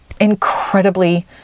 incredibly